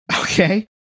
Okay